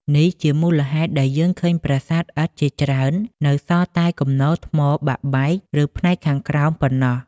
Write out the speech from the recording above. នេះជាមូលហេតុដែលយើងឃើញប្រាសាទឥដ្ឋជាច្រើននៅសល់តែគំនរថ្មបាក់បែក ឬផ្នែកខាងក្រោមប៉ុណ្ណោះ។